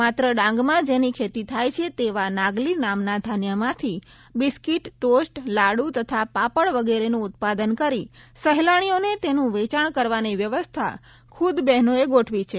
માત્ર ડાંગમાં જેની ખેતી થાય છે તેવા નાગલી નામના ધાન્યમાંથી બિસ્કીટ ટોસ્ટ લાડુ તથા પાપડ વગેરેનું ઉત્પાદન કરી સહેલાણીઓને તેનું વેચાણ કરવાની વ્યવસ્થા ખ્રદ બહેનોએ ગોઠવી છે